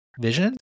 vision